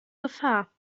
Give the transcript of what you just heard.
gefahr